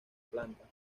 plantas